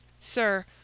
Sir